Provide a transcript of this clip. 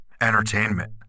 entertainment